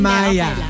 Maya